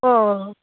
অঁ